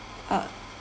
uh